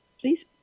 please